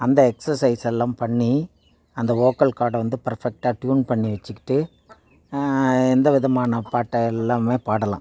அந்த எக்ஸசைஸ் எல்லாம் பண்ணி அந்த வோக்கல் கார்டை வந்து பெர்ஃபெக்ட்டாக ட்யூன் பண்ணி வச்சுக்கிட்டு எந்தவிதமான பாட்டை எல்லாமே பாடலாம்